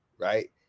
right